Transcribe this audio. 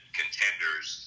contenders